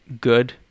good